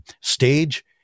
stage